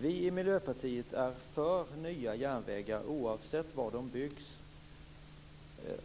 Vi i Miljöpartiet är för nya järnvägar oavsett var de byggs.